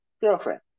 girlfriend